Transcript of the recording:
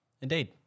indeed